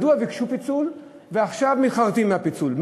מדוע ביקשו פיצול ועכשיו מתחרטים על הפיצול?